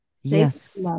yes